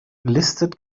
listet